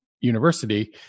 university